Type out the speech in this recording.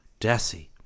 Dessie